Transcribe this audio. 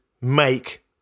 make